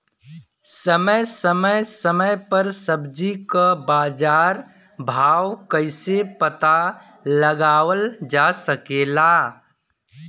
समय समय समय पर सब्जी क बाजार भाव कइसे पता लगावल जा सकेला?